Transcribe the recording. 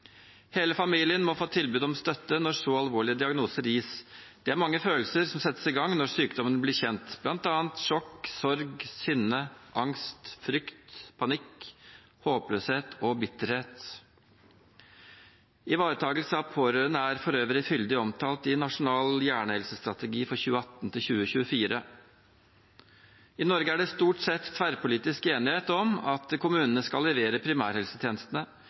Hele familien må få tilbud om støtte når så alvorlige diagnoser gis. Det er mange følelser som settes i gang når sykdommen blir kjent, bl.a. sjokk, sorg, sinne, angst, frykt, panikk, håpløshet og bitterhet. Ivaretakelse av pårørende er for øvrig fyldig omtalt i Nasjonal hjernehelsestrategi for 2018–2024. I Norge er det stort sett tverrpolitisk enighet om at kommunene skal levere primærhelsetjenestene.